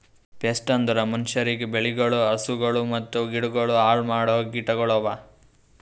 pest ಅಂದುರ್ ಮನುಷ್ಯರಿಗ್, ಬೆಳಿಗೊಳ್, ಹಸುಗೊಳ್ ಮತ್ತ ಗಿಡಗೊಳ್ ಹಾಳ್ ಮಾಡೋ ಕೀಟಗೊಳ್ ಅವಾ